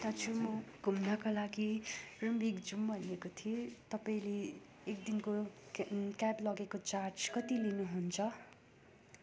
दाजु म घुम्नका लागि रिम्बिक जाऊँ भनेको थिएँ तपाईँले एक दिनको क्या क्याब लगेको चार्ज कति लिनु हुन्छ